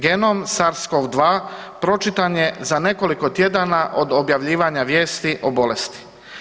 Genom Sars-CoV-2 pročitan je za nekoliko tjedana od objavljivanja vijesti o bolesti.